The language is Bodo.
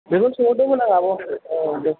बेखौनो सोंहरदोंमोन आं आब' औ दे